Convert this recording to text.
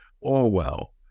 Orwell